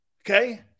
Okay